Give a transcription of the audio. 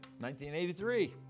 1983